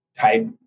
type